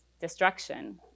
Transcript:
destruction